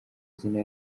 izina